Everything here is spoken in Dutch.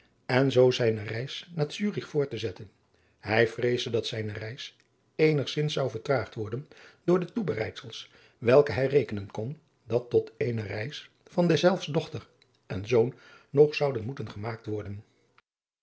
en zoo zijne reis naar zurich voort te zetten hij vreesde dat zijne reis eenigzins zou vertraagd worden door de toebereidsels welke hij rekenen kon dat tot eene reis van deszelfs dochter en zoon nog zouden moeten gemaakt worden